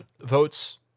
votes